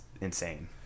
insane